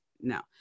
no